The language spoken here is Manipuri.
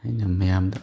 ꯑꯩꯅ ꯃꯌꯥꯝꯗ